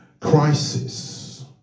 crisis